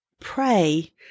pray